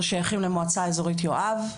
אנחנו שייכים למועצה האזורית יואב.